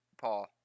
Paul